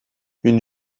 une